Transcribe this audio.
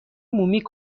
مومی